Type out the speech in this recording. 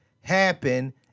happen